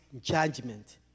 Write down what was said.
judgment